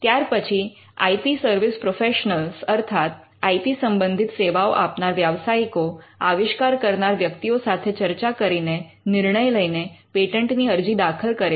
ત્યાર પછી I P service professional અર્થાત આઇ પી સંબંધિત સેવાઓ આપનાર વ્યાવસાયિકો આવિષ્કાર કરનાર વ્યક્તિઓ સાથે ચર્ચા કરીને નિર્ણય લઈને પેટન્ટની અરજી દાખલ કરે છે